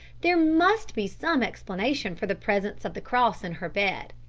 there must be some explanation for the presence of the cross in her bed.